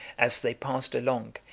as they passed along,